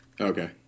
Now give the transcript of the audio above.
Okay